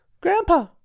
grandpa